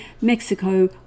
mexico